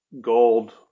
gold